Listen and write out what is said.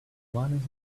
one